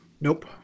Nope